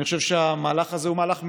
אני חושב שהמהלך הזה הוא מהלך מבורך.